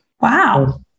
Wow